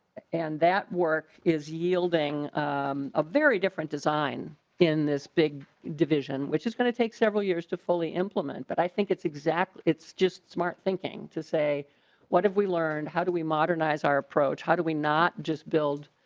and that work is yielding i'm a very different design in this big division which is going to take several years to fully implement but i think it's exactly it's just smart thinking to say what have we learned how do we modernize our approach how do we not just build.